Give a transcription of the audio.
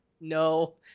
No